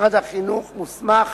משרד החינוך מוסמך